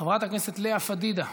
חברת הכנסת לאה פדידה,